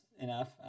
enough